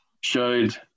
showed